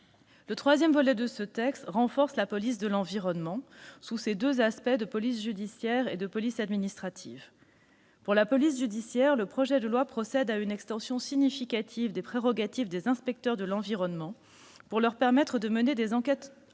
Le troisième volet de ce texte renforce la police de l'environnement, sous ses deux aspects de police judiciaire et de police administrative. Pour la police judiciaire, le projet de loi procède à une extension significative des prérogatives des inspecteurs de l'environnement pour leur permettre de mener des enquêtes ordinaires